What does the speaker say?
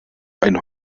einen